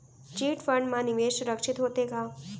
Chit fund मा निवेश सुरक्षित होथे का?